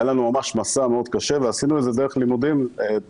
היה לנו מסע מאוד קשה ועשינו את זה דרך לימודים בגרמניה.